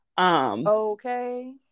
Okay